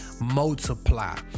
multiply